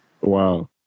Wow